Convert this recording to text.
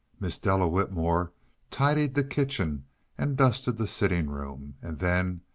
miss della whitmore tidied the kitchen and dusted the sitting room, and then,